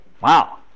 wow